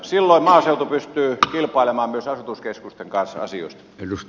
silloin maaseutu pystyy kilpailemaan myös asutuskeskusten kanssa asioista